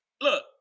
Look